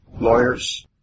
lawyers